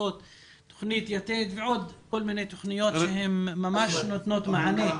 תוכנית יתד ועוד כל מיני תוכניות שהן ממש נותנות מענה.